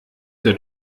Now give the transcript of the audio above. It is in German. der